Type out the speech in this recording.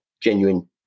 genuine